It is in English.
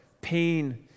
pain